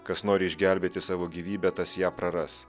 kas nori išgelbėti savo gyvybę tas ją praras